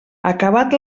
acabat